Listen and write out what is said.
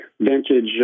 vintage